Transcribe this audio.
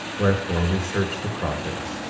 wherefore, we search the prophets,